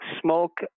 smoke